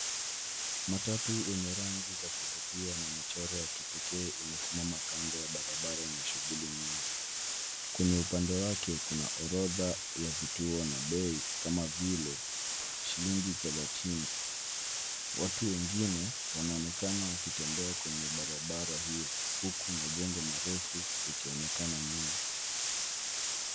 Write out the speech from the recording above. Matatu yenye rangi za kuvutia na michoro ya kipekee imesimama kando ya barabara yenye shughuli nyingi. Kwenye upande wake kuna orodha ya vituo na bei kama vile shilingi thelathini. Watu wengine wanaonekana wakitembea kwenye barabara hiyo huku majengo marefu yakionekana nyuma.